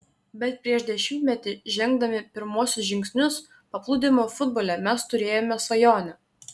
bet prieš dešimtmetį žengdami pirmuosius žingsnius paplūdimio futbole mes turėjome svajonę